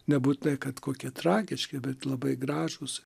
nebūtinai kad kokie tragiški bet labai gražūs